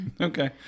Okay